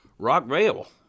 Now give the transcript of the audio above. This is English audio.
Rockvale